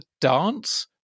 dance